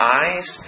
eyes